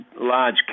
large